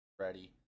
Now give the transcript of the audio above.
ready